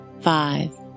five